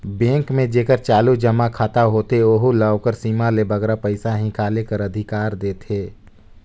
bank में जेकर चालू जमा खाता होथे ओहू ल ओकर सीमा ले बगरा पइसा हिंकाले कर अधिकार देथे